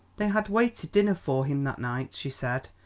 they had waited dinner for him that night, she said,